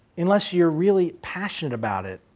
unless you're really passionate about it,